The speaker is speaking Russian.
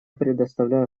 предоставляю